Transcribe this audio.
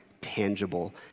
tangible